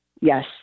yes